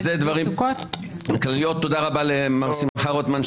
תודה רבה למר שמחה רוטמן,